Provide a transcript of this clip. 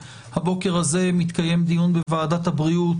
הבוקר הזה מתקיים דיון בוועדת הבריאות